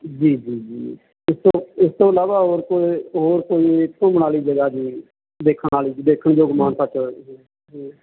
ਜੀ ਜੀ ਜੀ ਇਸ ਤੋਂ ਇਸ ਤੋਂ ਇਲਾਵਾ ਹੋਰ ਕੋਈ ਹੋਰ ਕੋਈ ਘੁੰਮਣ ਵਾਲੀ ਜਗ੍ਹਾ ਜੀ ਦੇਖਣ ਵਾਲੀ ਦੇਖਣਯੋਗ ਮਾਨਸਾ ਸ਼ਹਿਰ